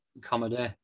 comedy